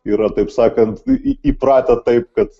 yra taip sakant į įpratę taip kad